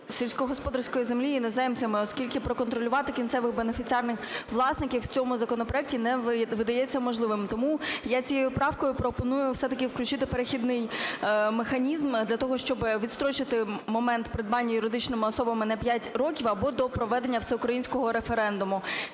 сільськогосподарської землі іноземцями, оскільки проконтролювати кінцевих бенефіціарних власників в цьому законопроекті не видається можливим. Тому я цією правкою пропоную все-таки включити перехідний механізм для того, щоб відстрочити момент придбання юридичними особами на п'ять років або до проведення всеукраїнського референдуму.